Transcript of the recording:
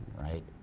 right